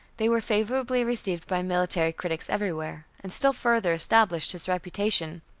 they were favorably received by military critics everywhere, and still further established his reputation.